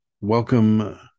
welcome